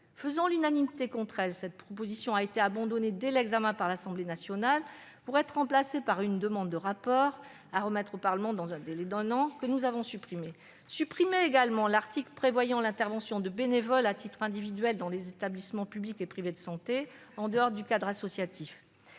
Faisant l'unanimité contre elle, cette proposition a été abandonnée dès son examen par l'Assemblée nationale pour être remplacée par une disposition prévoyant la remise d'un rapport au Parlement dans un délai d'un an, qui a été supprimée à son tour. L'article prévoyant l'intervention de bénévoles à titre individuel dans les établissements publics et privés de santé en dehors du cadre associatif